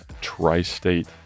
tri-state